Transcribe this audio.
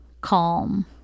calm